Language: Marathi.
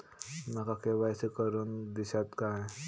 माका के.वाय.सी करून दिश्यात काय?